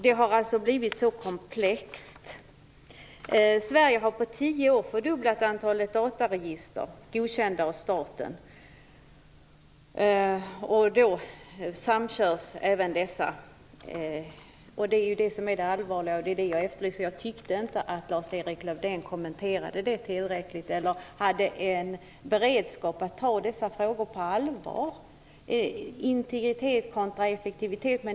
Det har alltså blivit mycket komplext på det här området. På tio år har antalet dataregister, godkända av staten, fördubblats i Sverige. Även dessa register samkörs. Det är det som är det allvarliga och det är där jag efterlyser ett svar. Jag tycker inte att Lars-Erik Lövdén tillräckligt kommenterade det eller hade en beredskap för att ta frågorna om integriteten kontra effektiviteten på allvar.